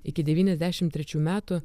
iki devyniasdešimt trečių metų